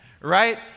right